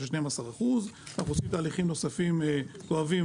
ואנחנו עושים תהליכים נוספים כואבים